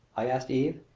i asked eve.